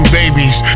babies